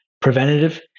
Preventative